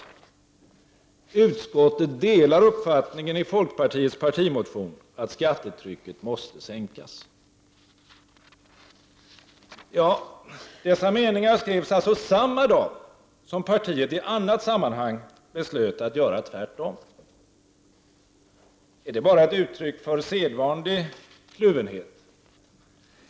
Utskottet delar uppfattningen i folkpartiets partimotion att skattetrycket måste sänkas.” Dessa meningar skrevs alltså samma dag som partiet i annat sammanhang beslöt att göra tvärtom. Är det bara ett uttryck för sedvanlig kluvenhet?